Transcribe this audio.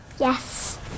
yes